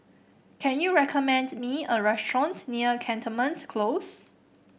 can you recommend me a restaurant near Cantonment Close